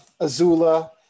Azula